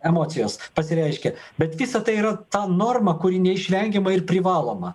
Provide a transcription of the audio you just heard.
emocijos pasireiškia bet visa tai yra ta norma kuri neišvengiama ir privaloma